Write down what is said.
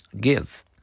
Give